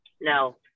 No